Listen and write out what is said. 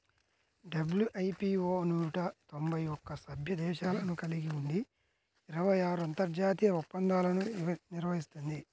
WIPO నూట తొంభై ఒక్క సభ్య దేశాలను కలిగి ఉండి ఇరవై ఆరు అంతర్జాతీయ ఒప్పందాలను నిర్వహిస్తుంది